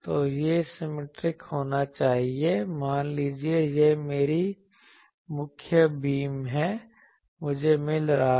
तो यह सिमिट्रिक होना चाहिए मान लीजिए यह मेरी मुख्य बीम है मुझे मिल रहा है